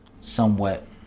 Somewhat